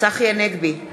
צחי הנגבי,